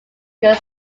good